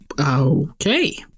okay